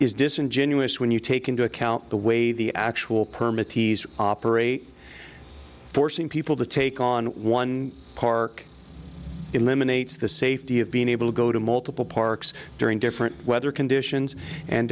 is disingenuous when you take into account the way the actual permit fees operate forcing people to take on one park eliminates the safety of being able to go to multiple parks during different weather conditions and